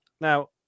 now